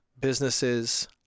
businesses